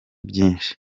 byinshi